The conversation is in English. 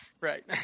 Right